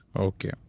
okay